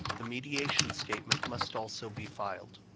the mediation statement, must also be filed.